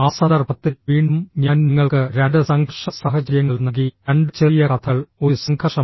ആ സന്ദർഭത്തിൽ വീണ്ടും ഞാൻ നിങ്ങൾക്ക് രണ്ട് സംഘർഷ സാഹചര്യങ്ങൾ നൽകി രണ്ട് ചെറിയ കഥകൾ ഒരു സംഘർഷം